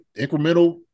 incremental